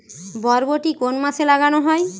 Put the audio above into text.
বরবটি কোন মাসে লাগানো হয়?